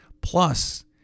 Plus